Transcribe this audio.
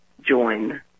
join